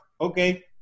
okay